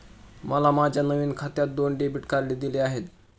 मला माझ्या नवीन खात्यात दोन डेबिट कार्डे दिली आहेत